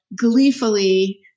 gleefully